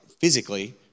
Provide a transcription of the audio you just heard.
physically